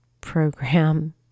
program